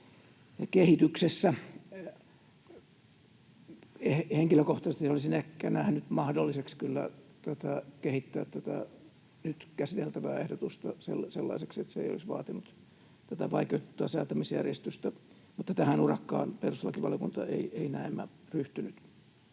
kehityksessä. Henkilökohtaisesti olisin kyllä ehkä nähnyt mahdolliseksi kehittää tätä nyt käsiteltävää ehdotusta sellaiseksi, että se ei olisi vaatinut tätä vaikeutettua säätämisjärjestystä, mutta tähän urakkaan perustuslakivaliokunta ei näemmä ryhtynyt.